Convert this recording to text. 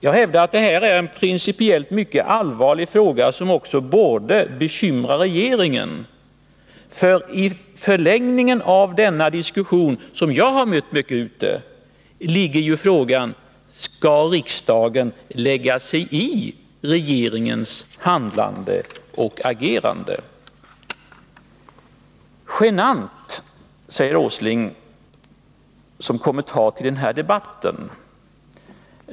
Jag hävdar att detta är en principiellt mycket allvarlig fråga, som också borde bekymra regeringen. I förlängningen av denna diskussion, som jag ofta har mött ute bland människorna, ligger nämligen frågan om riksdagen över huvud taget skall lägga sig i regeringens agerande. 'Genant, säger herr Åsling som kommentar till den här debatten.